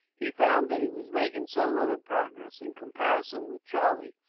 he found that he was making so little progress, in comparison with charlie,